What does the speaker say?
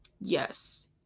Yes